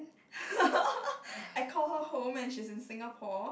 I call her home and she's in Singapore